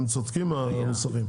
והם צודקים המוסכים.